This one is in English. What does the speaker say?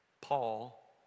Paul